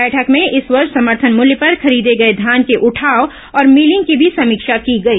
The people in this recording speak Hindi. बैठक में इस वर्ष समर्थन मूल्य पर खरीदे गए धान के उठाव और मिलिंग की भी समीक्षा की गई